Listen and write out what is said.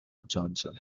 johansen